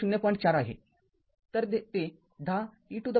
तर ते १० e to the power २